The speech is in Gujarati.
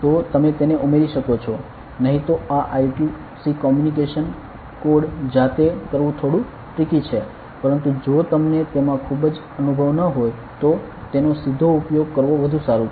તો તમે તેને ઉમેરી શકો છો નહીં તો આ I2C કોમ્યુનિકેશન કોડ જાતે કરવું થોડું ટ્રિકી છે પરંતુ જો તમને તેમાં ખૂબ અનુભવ ન હોય તો તેનો સીધો ઉપયોગ કરવો વધુ સારું છે